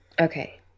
Okay